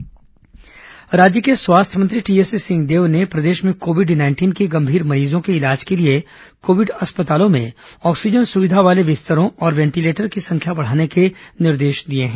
स्वास्थ्य मंत्री कोरोना समीक्षा राज्य के स्वास्थ्य मंत्री टीएस सिंहदेव ने प्रदेश में कोविड नाइंटीन के गंभीर मरीजों के इलाज के लिए कोविड अस्पतालों में ऑक्सीजन सुविधा वाले बिस्तरों और वेंटीलेटर्स की संख्या बढ़ाने के निर्देश दिए हैं